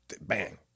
bang